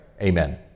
Amen